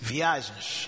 Viagens